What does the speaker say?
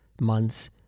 months